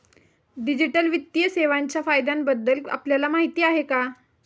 Digital वित्तीय सेवांच्या फायद्यांबद्दल आपल्याला माहिती आहे का?